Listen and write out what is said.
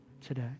today